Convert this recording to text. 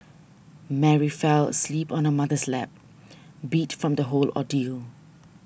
Mary fell asleep on her mother's lap beat from the whole ordeal